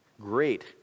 Great